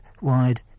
wide